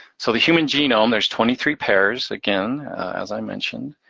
so the human genome, there's twenty three pairs, again, as i mentioned,